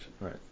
Right